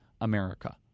America